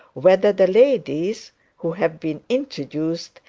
whether the ladies who have been introduced,